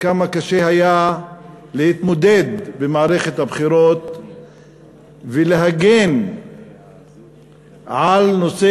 וכמה קשה היה להתמודד במערכת הבחירות ולהגן על נושא